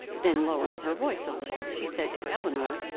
then, lowering her voice a little, she said to elinor,